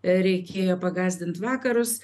reikėjo pagąsdint vakarus